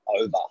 over